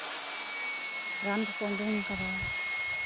ᱨᱟᱱ ᱠᱚᱠᱚ ᱩᱰᱩᱝ ᱠᱟᱫᱟ